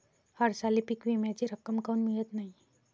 हरसाली पीक विम्याची रक्कम काऊन मियत नाई?